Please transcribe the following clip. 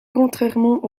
contrairement